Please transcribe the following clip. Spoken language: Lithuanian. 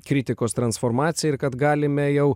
kritikos transformacijai ir kad galime jau